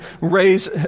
raise